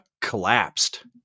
collapsed